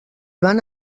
van